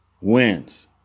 wins